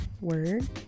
word